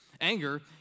Anger